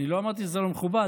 אני לא אמרתי שזה לא מכובד,